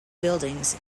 buildings